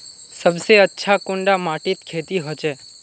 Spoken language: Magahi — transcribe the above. सबसे अच्छा कुंडा माटित खेती होचे?